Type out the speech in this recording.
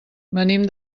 venim